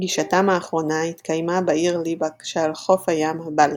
פגישתם האחרונה התקיימה בעיר ליבק שעל חוף הים הבלטי,